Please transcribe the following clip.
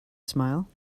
smile